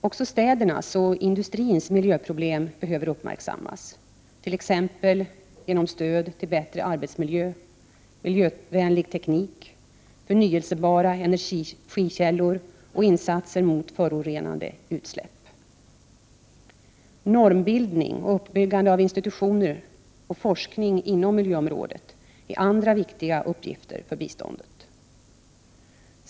Också städernas och industrins miljöproblem behöver uppmärksammas, t.ex. genom stöd till bättre arbetsmiljö, miljövänlig teknik, förnyelsebara energikällor och insatser mot förorenande utsläpp. Normbildning, uppbyggande av institutioner och forskning inom miljöområdet är andra viktiga uppgifter för biståndet.